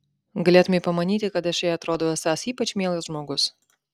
galėtumei pamanyti kad aš jai atrodau esąs ypač mielas žmogus